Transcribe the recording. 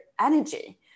energy